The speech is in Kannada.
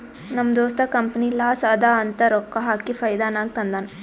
ನಮ್ ದೋಸ್ತ ಕಂಪನಿ ಲಾಸ್ ಅದಾ ಅಂತ ರೊಕ್ಕಾ ಹಾಕಿ ಫೈದಾ ನಾಗ್ ತಂದಾನ್